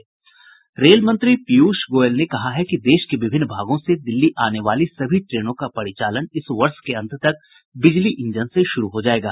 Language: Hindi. रेल मंत्री पीयूष गोयल ने कहा है कि देश के विभिन्न भागों से दिल्ली आने वाली सभी ट्रेनों का परिचालन इस वर्ष के अंत तक बिजली इंजन से शुरू हो जायेगा